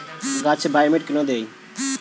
গাছে বায়োমেট কেন দেয়?